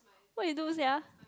why you do sia